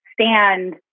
stand